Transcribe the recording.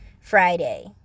Friday